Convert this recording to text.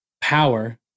power